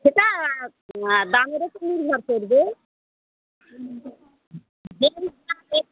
সেটা দামের উপর নির্ভর করবে